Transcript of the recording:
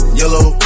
yellow